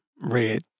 red